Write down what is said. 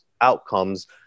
outcomes